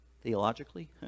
theologically